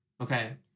Okay